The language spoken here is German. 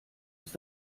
ist